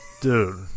Dude